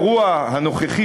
שבאירוע הנוכחי,